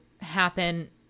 happen